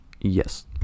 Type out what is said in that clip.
Yes